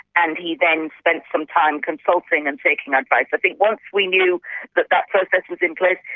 and he then spent some time consulting and taking advice. i think once we knew that that process was in place,